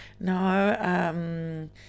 No